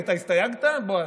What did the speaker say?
אתה הסתייגת, בועז?